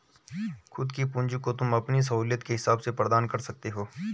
खुद की पूंजी को तुम अपनी सहूलियत के हिसाब से प्रदान कर सकते हो